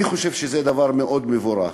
אני חושב שזה דבר מאוד מבורך,